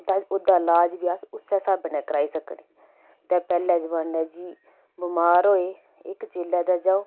बस ओह्दा इलाज बी अस उस्सै स्हाबै नै कराई सकने ते पैह्ले जमाने जी बमार होऐ ते इक चेले दा जाओ